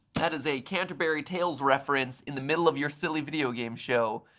that is a canturbery tales reference in the middle of your silly video game show.